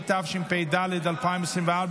התשפ"ד 2024,